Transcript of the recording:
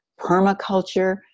permaculture